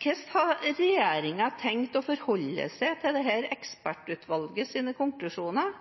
Hvordan har regjeringen tenkt å forholde seg til dette ekspertutvalgets konklusjoner?